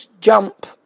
jump